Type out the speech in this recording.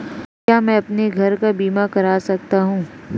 क्या मैं अपने घर का बीमा करा सकता हूँ?